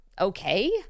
Okay